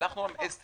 שלחנו לו SMS